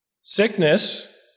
Sickness